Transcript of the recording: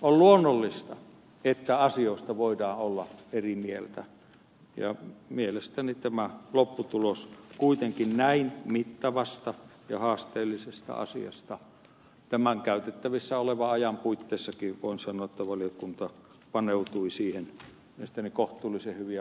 on luonnollista että asioista voidaan olla eri mieltä mutta kuitenkin voin sanoa että näin mittavaan ja haasteelliseen asiaan tämän käytettävissä olevan ajan puitteissakin valiokunta paneutui mielestäni kohtuullisen hyvin ja lopputulos on kohtuullisen hyvä